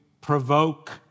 provoke